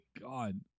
God